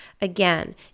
Again